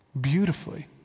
Beautifully